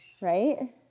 right